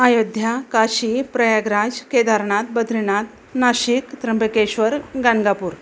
Ayodhya Kashi Prayagraj Kedarnath Badrinath Nashik Trimbakeshwar Ganagapur